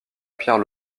pierre